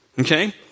Okay